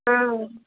हँ